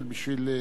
וזה סכנה,